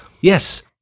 Yes